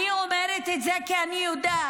אני אומרת את זה כי אני יודעת: